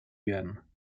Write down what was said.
werden